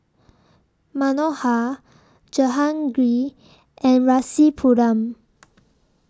Manohar Jehangirr and Rasipuram